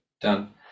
done